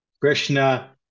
Krishna